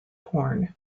corn